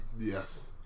Yes